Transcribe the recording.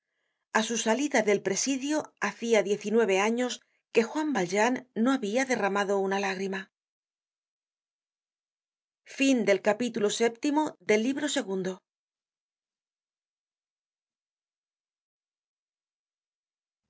a su salida del presidio hacia diez y nueve años que juan valjean no habia derramado una lágrima